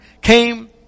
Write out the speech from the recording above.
came